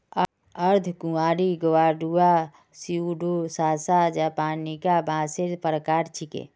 अर्धकुंवारी Guadua Pseudosasa japonica बांसेर प्रकार छिके